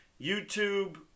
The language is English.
YouTube